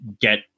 get